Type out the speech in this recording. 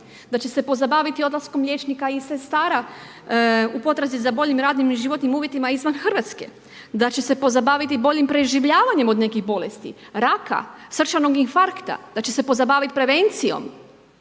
da će se pozabaviti odlaskom liječnika i sestara u potrazi za boljim radnim i životnim uvjetima izvan Hrvatske, da će se pozabaviti boljim preživljavanjem od nekih bolesti ,raka, srčanog infarkta, da će se pozabavit prevencijom